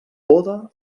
poda